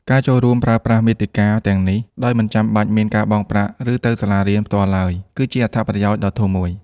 ការចូលប្រើប្រាស់មាតិកាទាំងនេះ ដោយមិនចាំបាច់មានការបង់ប្រាក់ ឬទៅសាលារៀនផ្ទាល់ឡើយ គឺជាអត្ថប្រយោជន៍ដ៏ធំមួយ។